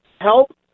help